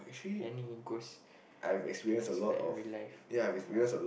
any ghost experience like real life a while